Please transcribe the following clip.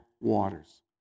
waters